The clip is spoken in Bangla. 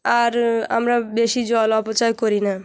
আর আমরা বেশি জল অপচয় করি না